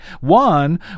One